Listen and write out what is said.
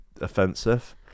offensive